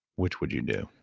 which would you do?